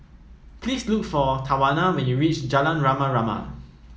please look for Tawanna when you reach Jalan Rama Rama